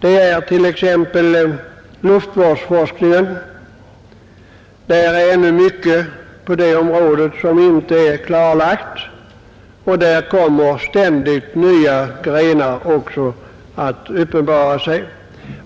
Det är t.ex. luftvårdsforskningen. På det området är mycket ännu inte klarlagt och ständigt nya grenar kommer där också att uppenbara sig.